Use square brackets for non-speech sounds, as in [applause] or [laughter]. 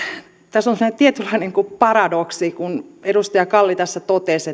tässä on sellainen tietynlainen paradoksi kun edustaja kalli totesi [unintelligible]